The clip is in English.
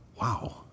wow